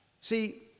See